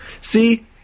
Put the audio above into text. See